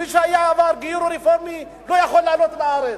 מי שעבר גיור רפורמי לא יכול לעלות לארץ.